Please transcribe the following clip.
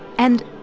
and,